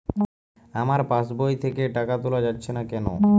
আমার পাসবই থেকে টাকা তোলা যাচ্ছে না কেনো?